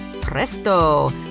presto